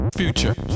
future